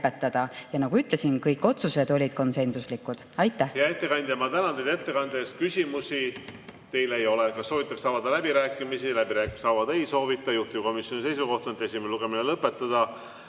Ja nagu ma ütlesin, kõik otsused olid konsensuslikud. Aitäh! Hea ettekandja, ma tänan teid ettekande eest! Küsimusi teile ei ole. Kas soovitakse avada läbirääkimisi? Läbirääkimisi avada ei soovita. Juhtivkomisjoni seisukoht on, et esimene lugemine lõpetada.